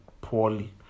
poorly